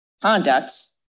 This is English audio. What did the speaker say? conducts